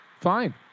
Fine